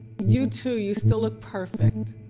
you too, you still look perfect.